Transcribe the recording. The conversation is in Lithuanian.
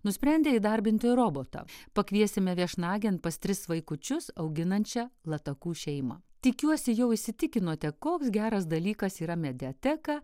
nusprendė įdarbinti robotą pakviesime viešnagėn pas tris vaikučius auginančią latakų šeimą tikiuosi jau įsitikinote koks geras dalykas yra mediateka